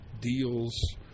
deals